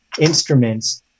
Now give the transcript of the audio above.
instruments